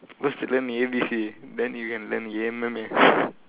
first to learn then you can learn M_M_A